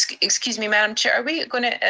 ah excuse me, madam chair, are we gonna